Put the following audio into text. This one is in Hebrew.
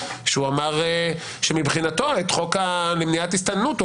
שהוא אמר שמבחינתו את החוק למניעת הסתננות הוא